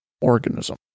organism